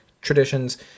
traditions